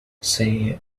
see